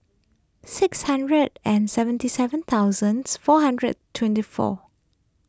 six hundred and seventy seven thousands four hundred twenty four